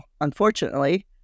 unfortunately